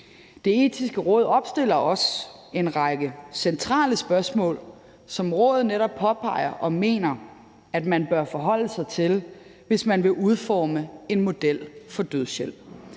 Det Etiske Råd opstiller også en række centrale spørgsmål, som rådet netop påpeger og mener at man bør forholde sig til, hvis man vil udforme en model for dødshjælp.